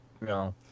No